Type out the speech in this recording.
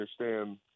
understand